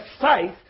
faith